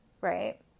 right